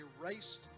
erased